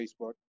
Facebook